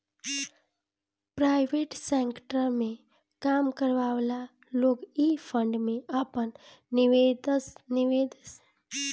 private sector में काम करेवाला लोग इ फंड में आपन निवेश करत बाने